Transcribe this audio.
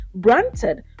granted